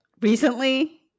Recently